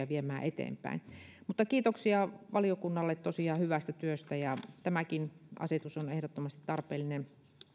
viemään eteenpäin kiitoksia valiokunnalle tosiaan hyvästä työstä ja tätäkin asetusta on ehdottomasti tarpeellista